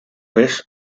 vez